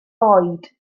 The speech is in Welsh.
oed